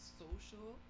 social